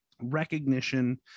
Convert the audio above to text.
recognition